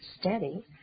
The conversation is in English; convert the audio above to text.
steady